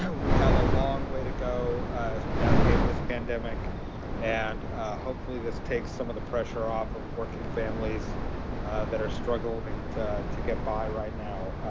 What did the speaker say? we have a long way to go as we navigate this pandemic and hopefully this takes some of the pressure off of working families that are struggling to to get by right now,